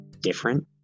different